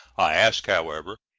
i ask, however,